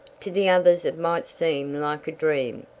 to the others it might seem like a dream,